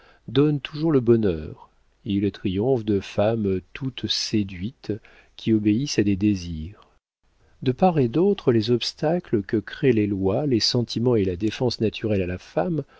donne toujours le bonheur il triomphe de femmes toutes séduites qui obéissent à des désirs de part et d'autre les obstacles que créent les lois les sentiments et la défense naturelle à la femme